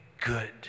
good